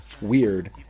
weird